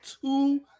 two